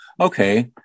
okay